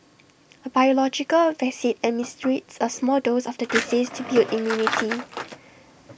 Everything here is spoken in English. A biological vaccine administers A small dose of the disease to build immunity